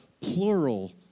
plural